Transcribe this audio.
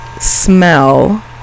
smell